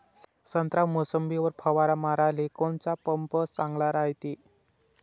संत्रा, मोसंबीवर फवारा माराले कोनचा पंप चांगला रायते?